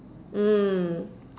mm